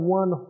one